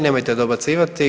Nemojte dobacivati!